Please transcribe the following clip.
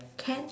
can